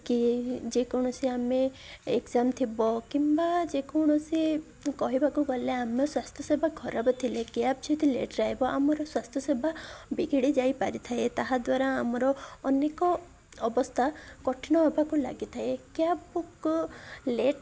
କି ଯେକୌଣସି ଆମେ ଏକ୍ଜାମ୍ ଥିବ କିମ୍ବା ଯେକୌଣସି କହିବାକୁ ଗଲେ ଆମ ସ୍ୱାସ୍ଥ୍ୟ ସେବା ଖରାପ ଥିଲେ କ୍ୟାବ୍ ଯଦି ଲେଟ୍ରେ ଆଇବ ଆମର ସ୍ୱାସ୍ଥ୍ୟ ସେବା ବିଗିଡ଼ି ଯାଇପାରିଥାଏ ତାହାଦ୍ୱାରା ଆମର ଅନେକ ଅବସ୍ଥା କଠିନ ହବାକୁ ଲାଗିଥାଏ କ୍ୟାବ୍ ବୁକ୍ ଲେଟ୍